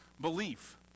belief